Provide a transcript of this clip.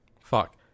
fuck